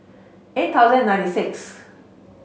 eight thousand ninety sixth